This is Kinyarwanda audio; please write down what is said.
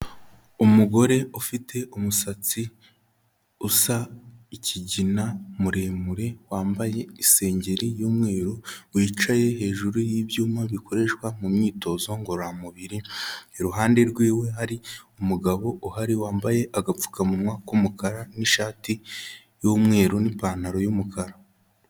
Umugore ufite umusatsi usa ikigina, muremure, wambaye isengeri y'umweru, wicaye hejuru y'ibyuma bikoreshwa mu myitozo ngororamubiri, iruhande rw'iwe hari umugabo uhari, wambaye agapfukamunwa k'umukara n'ishati y'umweru n'ipantaro y'umukara.